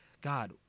God